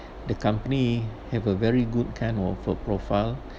the company have a very good kind of profile